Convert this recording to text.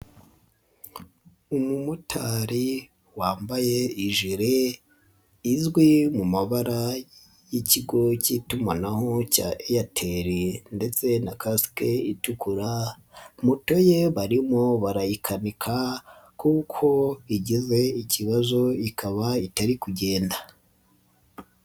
Umumotari wambaye ijire izwi mu mabara y'ikigo k'itumanaho cya Airtel ndetse na kasike itukura moto ye barimo barayikaika kuko igize ikibazo ikaba itari kugenda.